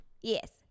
Yes